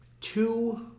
two